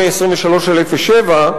8823/07,